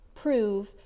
prove